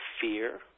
fear